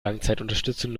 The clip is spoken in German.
langzeitunterstützung